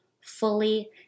fully